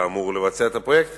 כאמור, לבצע את הפרויקט